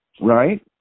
Right